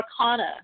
arcana